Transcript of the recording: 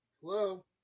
Hello